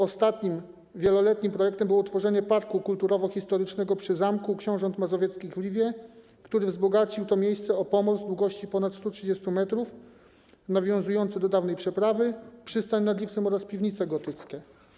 Ostatnim wieloletnim projektem było utworzenie parku kulturowo-historycznego przy zamku książąt mazowieckich w Liwie, który wzbogacił to miejsce o pomost długości ponad 130 m nawiązujący do dawnej przeprawy, przystań nad Liwcem oraz piwnice gotyckie.